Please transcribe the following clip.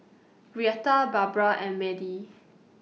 Reatha Barbra and Madie